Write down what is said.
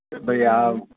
કે ભઈ આ